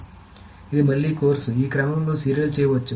కాబట్టి ఇది మళ్లీ కోర్సు ఈ క్రమంలో సీరియల్ చేయవచ్చు